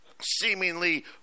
seemingly